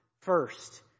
First